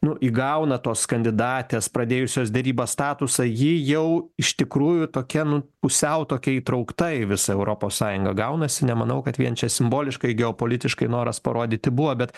nu įgauna tos kandidatės pradėjusios derybas statusą ji jau iš tikrųjų tokia nu pusiau tokia įtraukta į visą europos sąjungą gaunasi nemanau kad vien čia simboliškai geopolitiškai noras parodyti buvo bet